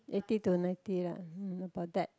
eighty to ninety lah mm about that